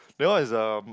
because is a